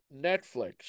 Netflix